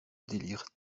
délire